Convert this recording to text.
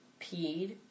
peed